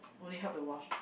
only help to watch